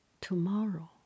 Tomorrow